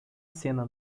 cena